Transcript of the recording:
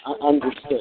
understood